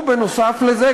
ונוסף על זה,